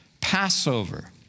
Passover